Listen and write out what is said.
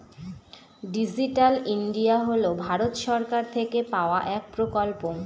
digital India হল ভারত সরকার থেকে পাওয়া এক প্রকল্প